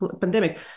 pandemic